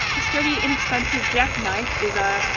mystery inexpensive jackknifed is ah